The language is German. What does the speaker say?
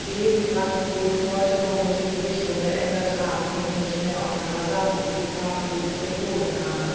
geh und frage die bootsleute warum sie die richtung geändert haben und nicht mehr auf karasaki zufahren wie ich befohlen habe